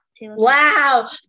wow